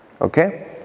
Okay